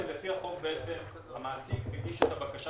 עד היום, לפי החוק, המעסיק מגיש את הבקשה